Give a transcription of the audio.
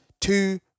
two